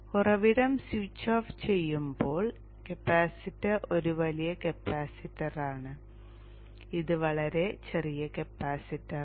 ഉറവിടം switch off ചെയ്യുമ്പോൾ capacitor ഒരു വലിയ കപ്പാസിറ്ററാണ് ഇത് വളരെ ചെറിയ കപ്പാസിറ്ററാണ്